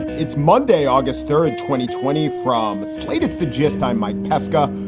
it's monday, august third, twenty twenty from slate's the gist, i'm mike pesca.